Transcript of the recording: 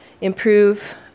improve